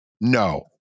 No